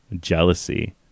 jealousy